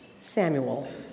Samuel